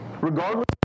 regardless